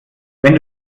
wenn